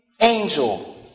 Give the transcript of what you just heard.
angel